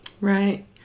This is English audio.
Right